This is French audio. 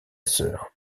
sœur